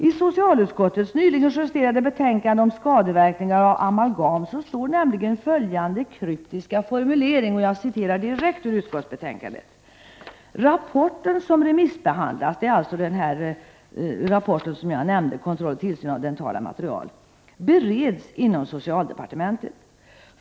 I socialutskottets nyligen justerade betänkande om skadeverkningar av amalgam står nämligen följande kryptiska formulering: ”Rapporten som remissbehandlats, bereds inom socialdepartementet.